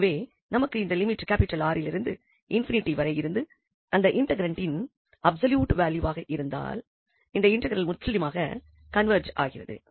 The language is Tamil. எனவே நமக்கு இந்த லிமிட் 𝑅 லிருந்து ∞ வரை இருந்து அந்த இன்டெக்ரண்டின் அப்சொல்யூட் வேல்யூவாக இருந்தால் இந்த இன்டெக்ரல் முற்றிலுமாக கன்வெர்ஜ் ஆகிறது